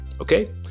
okay